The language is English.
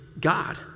God